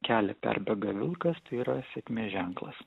kelią perbėga vilkas tai yra sėkmės ženklas